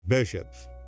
Bishops